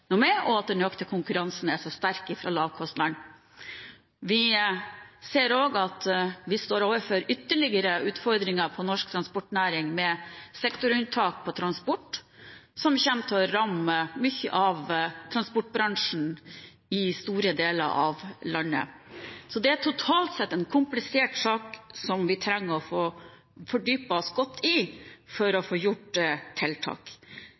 og vi ser at den økte konkurransen er sterk fra lavkostland. Vi ser også at vi står overfor ytterligere utfordringer for norsk transportnæring med sektorunntak for transport, som kommer til å ramme mye av transportbransjen i store deler av landet. Det er totalt sett en komplisert sak, som vi trenger å fordype oss godt i for å få til tiltak.